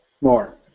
more